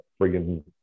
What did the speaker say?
friggin